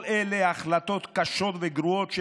כל אלה החלטות קשות וגרועות כשלעצמן,